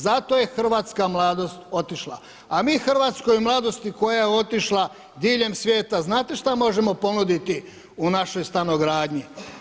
Zato je hrvatska mladost otišla, a mi hrvatskoj mladosti koja je otišla, diljem svijeta, znate što možemo ponuditi u našoj stanogradnji?